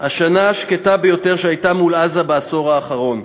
השנה השקטה ביותר שהייתה מול עזה בעשור האחרון.